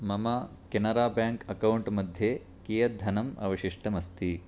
मम Canara bank account मध्ये कियद्धनम् अवशिष्टमस्ति